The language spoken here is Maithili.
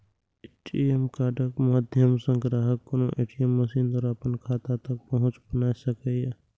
ए.टी.एम कार्डक माध्यम सं ग्राहक कोनो ए.टी.एम मशीन द्वारा अपन खाता तक पहुंच बना सकैए